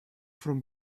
from